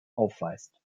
aufweist